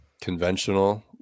conventional